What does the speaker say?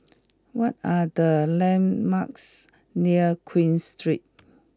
what are the landmarks near Queen Street